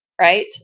right